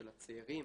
הצעירים,